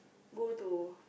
go to